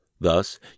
Thus